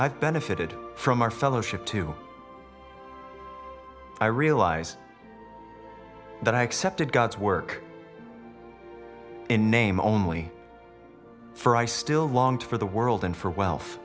i've benefited from our fellowship to i realize that i accepted god's work in name only for i still longed for the world and for wealth